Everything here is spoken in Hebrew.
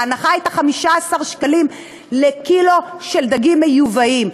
ההנחה הייתה 15 שקלים לקילו של דגים מיובאים.